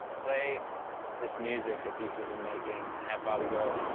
play this music that people have been making and have bobby go,